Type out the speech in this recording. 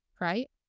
right